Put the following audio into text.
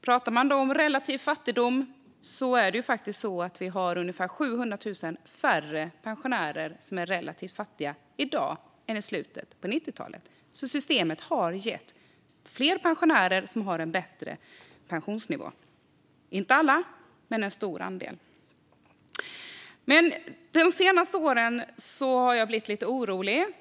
Pratar man om relativ fattigdom är det i dag 700 000 färre pensionärer som är relativt fattiga än i slutet av 90-talet. Systemet har gett fler pensionärer som har en bättre pensionsnivå - inte alla, men en stor andel. De senaste åren har jag blivit orolig.